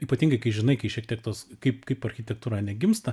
ypatingai kai žinai kai šiek tiek tos kaip kaip architektūra ane gimsta